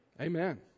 Amen